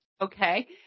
Okay